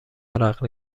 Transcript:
عرق